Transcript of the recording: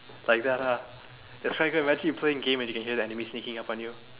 like that ah that's why you can imagine you playing game and you can hear the enemy sneaking up on you